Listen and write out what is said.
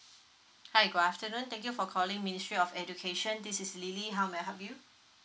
hi good afternoon thank you for calling ministry of education this is lily how may I help you